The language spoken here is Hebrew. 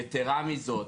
יתרה מזאת,